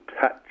touch